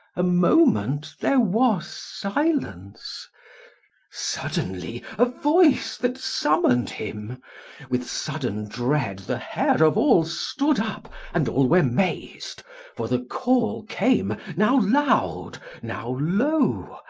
a moment there was silence suddenly a voice that summoned him with sudden dread the hair of all stood up and all were mazed for the call came, now loud, now low,